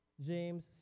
James